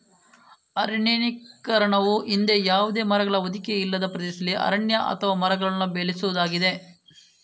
ಅರಣ್ಯೀಕರಣವು ಹಿಂದೆ ಯಾವುದೇ ಮರಗಳ ಹೊದಿಕೆ ಇಲ್ಲದ ಪ್ರದೇಶದಲ್ಲಿ ಅರಣ್ಯ ಅಥವಾ ಮರಗಳನ್ನು ಬೆಳೆಸುವುದಾಗಿದೆ